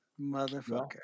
Motherfucker